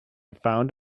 found